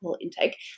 intake